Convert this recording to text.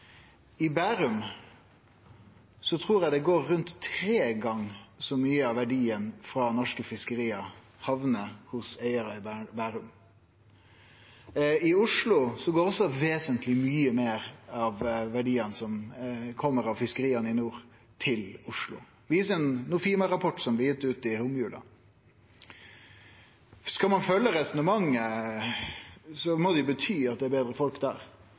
trur eg at rundt tre gonger så mykje av verdien frå norske fiskeri hamnar hjå eigarar i Bærum. Også vesentleg mykje meir av verdiane som kjem av fiskeria i nord, går til Oslo, viser ein Nofima-rapport som blei gitt ut i romjula. Skal ein følgje resonnementet, må det bety at det er betre folk der.